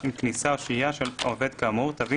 אם כניסה או שהייה של עובד כאמור תביא